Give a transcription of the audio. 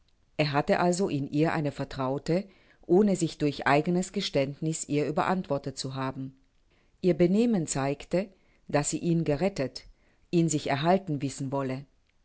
er hatte also in ihr eine vertraute ohne sich durch eigenes geständniß ihr überantwortet zu haben ihr benehmen zeigte daß sie ihn gerettet ihn sich erhalten wissen wolle